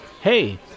Hey